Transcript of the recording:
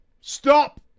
Stop